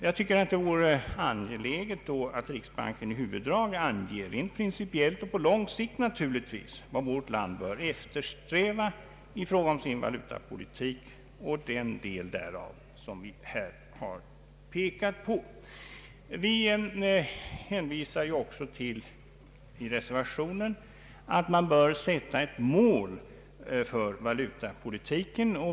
Jag tycker det då vore angeläget att riksbanken i huvuddrag anger rent principiellt och naturligtvis på lång sikt vad vårt land bör eftersträva i sin valutapolitik och den del därav som vi här har pekat på. Vi hänvisar i reservationen också till att man bör sätta upp ett mål för valutapolitiken.